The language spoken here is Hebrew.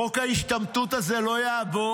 חוק ההשתמטות הזה לא יעבור.